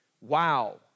Wow